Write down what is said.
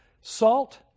Salt